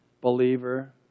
believer